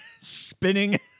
spinning